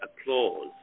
applause